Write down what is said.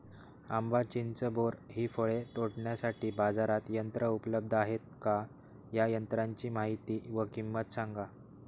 आंबा, चिंच, बोर हि फळे तोडण्यासाठी बाजारात यंत्र उपलब्ध आहेत का? या यंत्रांची माहिती व किंमत सांगा?